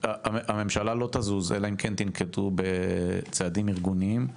הממשלה לא תזוז אלא אם כן תנקטו צעדים ארגוניים,